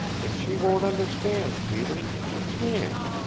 and she won't understand, peter. she can't.